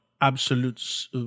absolute